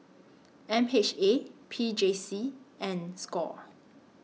M H A P J C and SCORE